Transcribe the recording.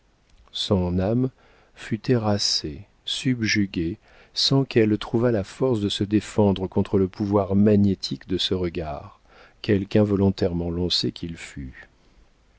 son âme fut terrassée subjuguée sans qu'elle trouvât la force de se défendre contre le pouvoir magnétique de ce regard quelque involontairement lancé qu'il fût